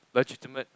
legitimate